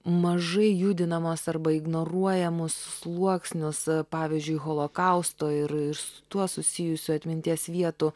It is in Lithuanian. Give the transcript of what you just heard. mažai judinamas arba ignoruojamus sluoksnius pavyzdžiui holokausto ir ir su tuo susijusių atminties vietų